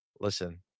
Listen